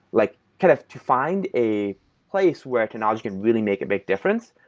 like kind of to find a place where technology can really make a big different,